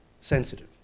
sensitive